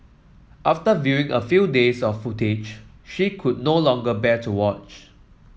after viewing a few days of footage she could no longer bear to watch